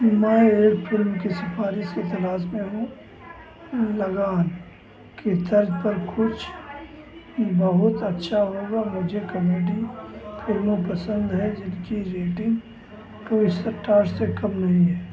मैं एक फिल्म की सिफारिश की तलाश में हूँ लगान की तर्ज़ पर कुछ बहुत अच्छा होगा मुझे कॉमेडी फिल्में पसंद है जिनकी रेटिंग टू स्टार्स से कम नहीं है